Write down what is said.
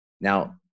now